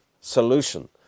solution